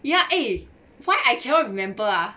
ya eh why I cannot remember ah